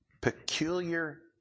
Peculiar